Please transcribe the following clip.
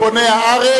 כבוני הארץ.